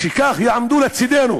שכך יעמדו לצדנו